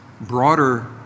broader